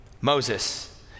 Moses